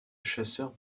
chasseurs